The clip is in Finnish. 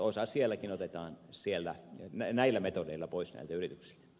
osa sielläkin otetaan näillä metodeilla pois näiltä yrityksiltä